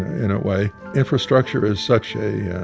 in a way. infrastructure is such a,